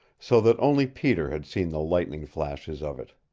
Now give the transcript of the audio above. so that only peter had seen the lightning-flashes of it.